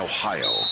Ohio